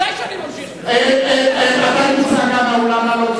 בוודאי שאני ממשיך, גם אתה מוצא מהאולם.